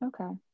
Okay